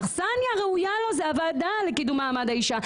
האכסנייה הראויה לו זה הוועדה לקידום מעמד האישה.